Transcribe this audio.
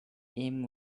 him